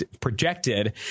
projected